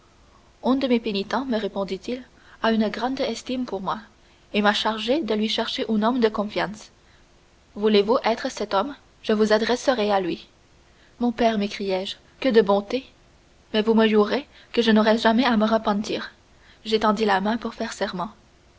un de mes pénitents me répondit-il a une grande estime pour moi et m'a chargé de lui chercher un homme de confiance voulez-vous être cet homme je vous adresserai à lui ô mon père m'écriai-je que de bonté mais vous me jurez que je n'aurai jamais à me repentir j'étendis la main pour faire serment